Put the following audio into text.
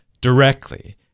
directly